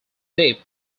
deep